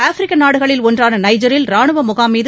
ஆப்பிரிக்க நாடுகளில் ஒன்றான நைஜரில் ரானுவ முகாம் மீது